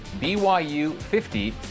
BYU50